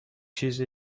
چیز